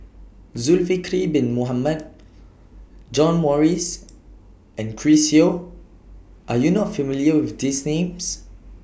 Zulkifli Bin Mohamed John Morrice and Chris Yeo Are YOU not familiar with These Names